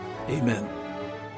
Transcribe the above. Amen